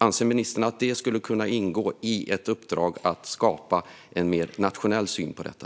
Anser ministern att det skulle kunna ingå i ett uppdrag att skapa en mer nationell syn på detta?